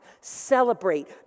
celebrate